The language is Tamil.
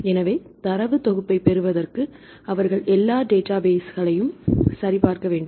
எனவே தரவுத் தொகுப்பைப் பெறுவதற்கு அவர்கள் எல்லா டேட்டாபேஸ்களையும் சரிபார்க்க வேண்டும்